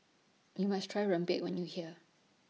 YOU must Try Rempeyek when YOU here